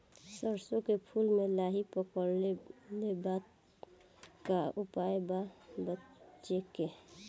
सरसों के फूल मे लाहि पकड़ ले ले बा का उपाय बा बचेके?